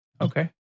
Okay